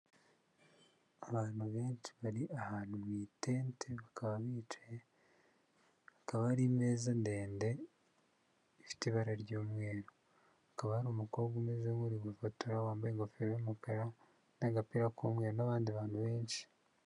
Abantu benshi bari ahantu mw'itente bakaba bicaye hakaba hari imeza ndende ifite ibara ry'umweru akaba ari umukobwa umeze nk'uri gufotora wambaye ingofero y'umukara n'agapira' n'abandi bantu benshi.